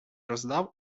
роздав